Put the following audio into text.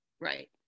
right